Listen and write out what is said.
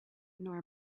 nor